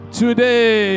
today